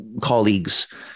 colleagues